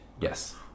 Yes